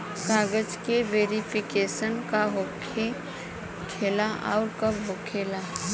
कागज के वेरिफिकेशन का हो खेला आउर कब होखेला?